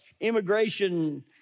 immigration